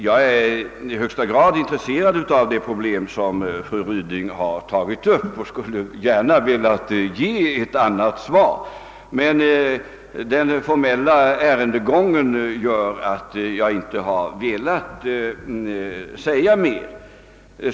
Jag är i högsta grad intresserad av det problem som fru Ryding har tagit upp och skulle gärna ha velat ge henne ett annat svar. Den formella ärendegången gör emellertid att jag inte har velat säga mera nu.